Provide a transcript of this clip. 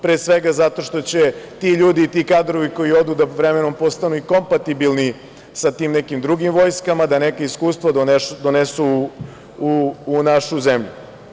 Pre svega, zato što će ti ljudi i ti kadrovi koji odu da vremenom postanu kompatibilni sa tim nekim drugim vojskama, da neko iskustvo donesu u našu zemlju.